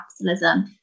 capitalism